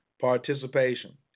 participation